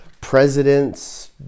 presidents